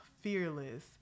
fearless